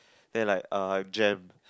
then like uh have jam